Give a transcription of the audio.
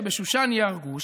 שבשושן ייהרגו,